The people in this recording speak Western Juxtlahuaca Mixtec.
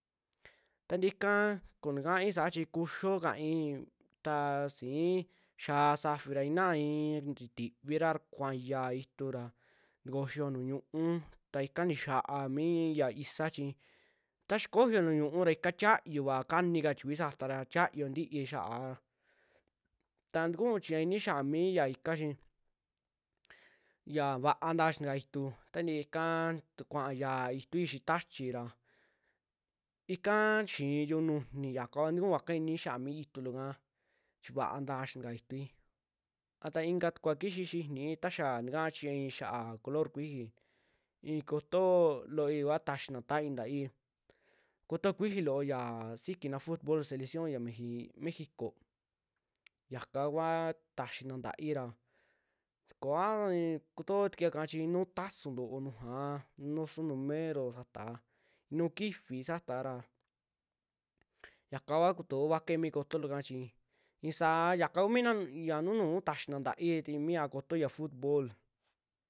Taa ntii ika kooni kaai saa chi kuxio ka'ai, ta sii xiaa safira iinaa ii ntivira ra kuaa yaa ituura nikoyoa nuju ñuú, ta ika tixiaa mi ya isa chi taxa koyoa nuju ñuú raika tiayuva kanika tikui sataara tiaayua ntii xia, ta tukuu chiña ini xiaa mi ya ika chi ya va'anta xintikaa itu, ta ntii ika tu kuaaya itui xii tachira, ikaa xiiyu nujuni yakakua tukuu kuakua ini xaa mi ituu looka, chi vaa ntaa xintikaa itui, a ta ika tukua kixi xiini taxa takaa chiñai xiaa color kuiji i'in kotoo looi kua taxina ta'ai ntai koto kuiji loo ya sikina futbol selección mexi méxico yaka kuaa taxina ntaai ra su koaa kutootukui kaa chi nuu tasuu loo tujua, nosoo numero sataa inuu kifii sataa ra yaka kua kutoo kuakai mi koto looka chi isaa yaka kuu mii- na ya nuunu taxina ntaai timia koto ya futbol.